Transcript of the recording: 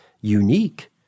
unique